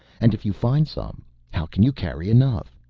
and if you find some how can you carry enough?